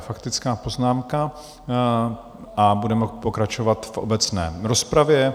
Faktická poznámka a budeme pokračovat v obecné rozpravě.